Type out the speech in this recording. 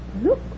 Look